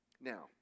Now